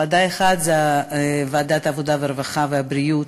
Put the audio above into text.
ועדה אחת היא ועדת העבודה, הרווחה והבריאות,